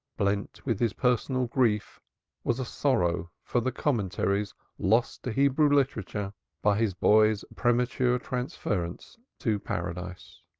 blent with his personal grief was a sorrow for the commentaries lost to hebrew literature by his boy's premature transference to paradise.